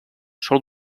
sol